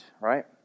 Right